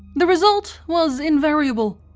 the result was invariable.